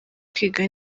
kwiga